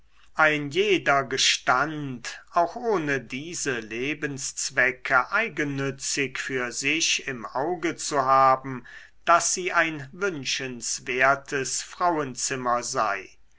ein jeder gestand auch ohne diese lebenszwecke eigennützig für sich im auge zu haben daß sie ein wünschenswertes frauenzimmer sei